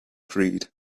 creed